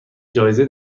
جایزه